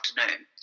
afternoon